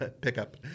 pickup